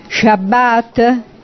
Shabbat